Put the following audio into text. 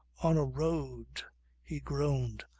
on a road he groaned,